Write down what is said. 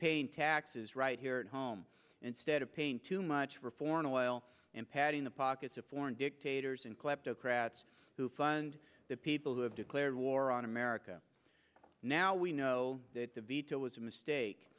paying taxes right here at home instead of paying too much for foreign oil and padding the pockets of foreign dictators and kleptocrats who fund the people who have declared war on america now we know that the veto was a mistake